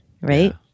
right